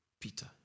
Peter